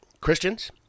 Christians